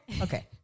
Okay